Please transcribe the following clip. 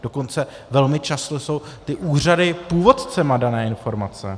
Dokonce velmi často jsou ty úřady původci dané informace.